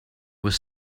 was